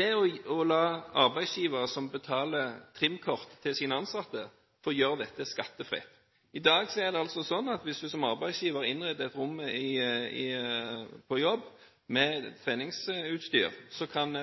å la arbeidsgiver som betaler trimkort til sine ansatte, få gjøre dette skattefritt. I dag er det sånn at hvis du som arbeidsgiver innreder et rom på jobb med treningsutstyr, kan